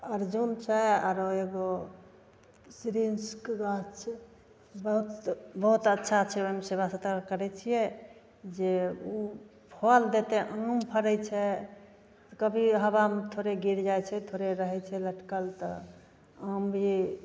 अर्जुनके आरो एगो सिरिशके गाछ छै बहुत बहुत अच्छा छै ओहिमे सेबा सत्कार करै छियै जे ओ फल देतै आम फड़ैत छै कभी हबामे थोड़े गिर जाइत छै थोड़े रहैत छै लटकल तऽ आम भी